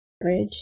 bridge